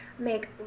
make